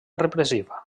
repressiva